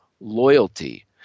loyalty